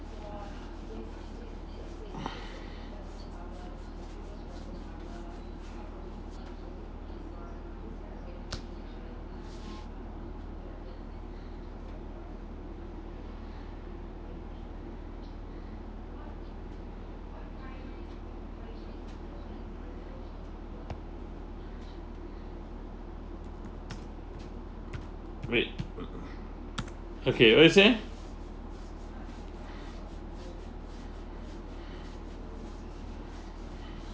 wait okay let's say